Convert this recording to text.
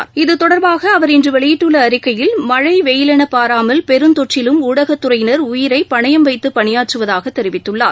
அவர் இதுதொடர்பாக இன்றுவெளியிட்டுள்ள அறிக்கையில் மழைவெயிலெனபாராமல் பெருந்தொற்றிலும் ஊடகத்துறையினர் உயிரைபணயம் வைத்துபணியாற்றுவதாகதெரிவிததுள்ளார்